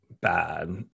bad